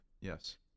Yes